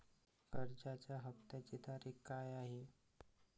कर्जाचा हफ्त्याची तारीख काय आहे?